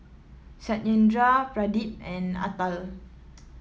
Satyendra Pradip and Atal